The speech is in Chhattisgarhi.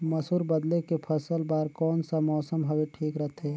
मसुर बदले के फसल बार कोन सा मौसम हवे ठीक रथे?